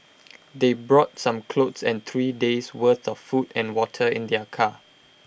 they brought some clothes and three days' worth of food and water in their car